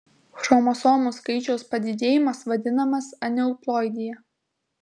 chromosomų skaičiaus padidėjimas vadinamas aneuploidija